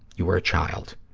you were a child,